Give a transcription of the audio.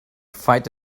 fight